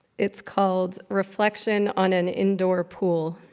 it's called reflection on an indoor pool.